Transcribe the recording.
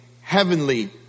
heavenly